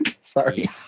Sorry